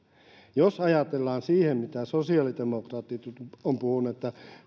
jos ajatellaan mitä sosiaalidemokraatit ovat puhuneet että